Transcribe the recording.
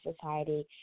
society